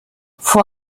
vor